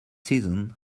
season